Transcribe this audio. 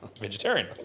vegetarian